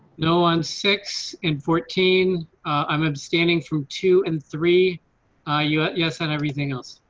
no one six and fourteen i'm abstaining from two and three ah us us and everything else.